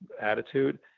attitude